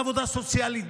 בעבודה סוציאלית,